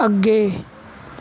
ਅੱਗੇ